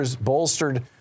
bolstered